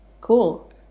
Cool